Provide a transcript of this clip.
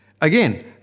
Again